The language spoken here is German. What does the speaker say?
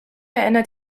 erinnert